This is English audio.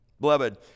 Beloved